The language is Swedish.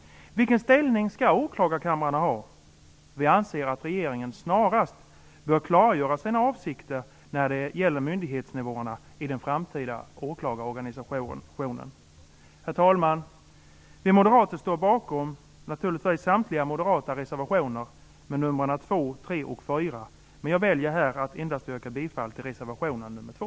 Vilken ställning skall åklagarkamrarna ha? Vi anser att regeringen snarast bör klargöra sina avsikter när det gäller myndighetsnivåerna i den framtida åklagarorganisationen. Herr talman! Vi moderater står naturligtvis bakom samtliga moderata reservationer, nr 2, 3 och 4, men jag väljer här att endast yrka bifall till reservation nr 2.